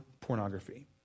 pornography